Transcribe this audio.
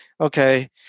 okay